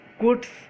goods